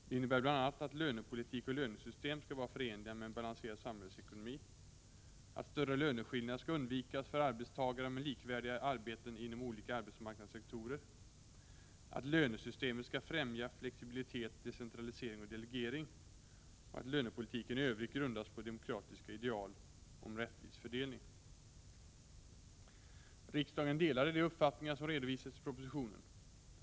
Det innebär bl.a.: —- att lönepolitik och lönesystem skall vara förenliga med en balanserad samhällsekonomi, —- att större löneskillnader skall undvikas för arbetstagare med likvärdiga arbeten inom olika arbetsmarknadssektorer, — att lönesystemet skall främja flexibilitet, decentralisering och delegering och —- att lönepolitiken i övrigt grundas på demokratiska ideal om rättvis fördelning. Riksdagen delade de uppfattningar som redovisades i propositionen.